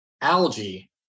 algae